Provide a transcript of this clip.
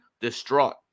distraught